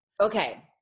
Okay